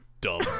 dumb